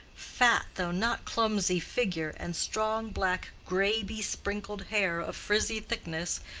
fat though not clumsy figure, and strong black gray-besprinkled hair of frizzy thickness,